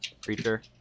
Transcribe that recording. creature